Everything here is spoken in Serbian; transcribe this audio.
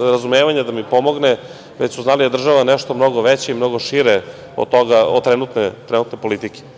razumevanja da mi pomogne, već su znali da je država nešto mnogo veće i mnogo šire od toga, od